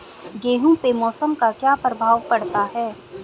गेहूँ पे मौसम का क्या प्रभाव पड़ता है?